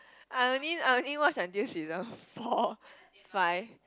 I only I only watch until season four five